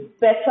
better